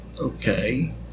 Okay